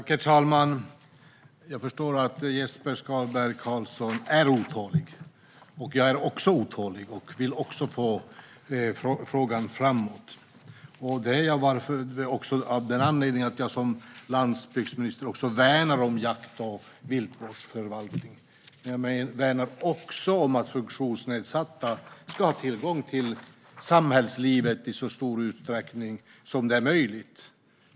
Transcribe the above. Herr talman! Jag förstår att Jesper Skalberg Karlsson är otålig. Jag är också otålig och vill föra frågan framåt av den anledningen att jag som landsbygdsminister värnar om jakt och viltvårdsförvaltning. Jag värnar också om att funktionsnedsatta ska ha tillgång till samhällslivet i så stor utsträckning som det är möjligt.